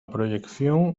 proyección